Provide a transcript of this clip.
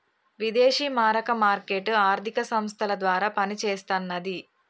విదేశీ మారక మార్కెట్ ఆర్థిక సంస్థల ద్వారా పనిచేస్తన్నది